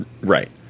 Right